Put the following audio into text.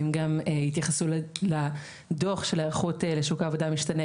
יתייחסו לדוח של היערכות לשוק העבודה המשתנה